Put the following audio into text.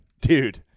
Dude